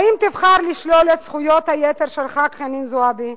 האם תבחר לשלול את זכויות היתר של חברת הכנסת חנין זועבי?